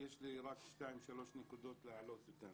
יש לי רק שתיים-שלוש נקודות להעלות.